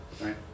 Right